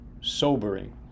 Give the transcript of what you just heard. sobering